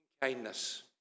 Kindness